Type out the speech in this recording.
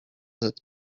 its